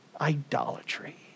idolatry